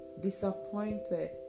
disappointed